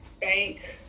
bank